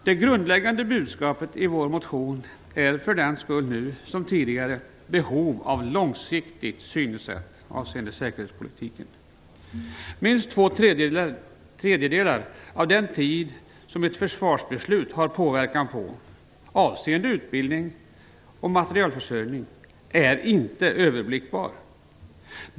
Det grundläggande budskapet i vår motion är därför - nu som tidigare - behovet av ett långsiktigt synsätt avseende säkerhetspolitiken. Minst två tredjedelar av den tid som ett försvarsbeslut har påverkan på när det gäller utbildning och materielförsörjning är inte överblickbar.